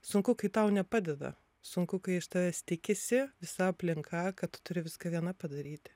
sunku kai tau nepadeda sunku kai iš tavęs tikisi visa aplinka kad turi viską viena padaryti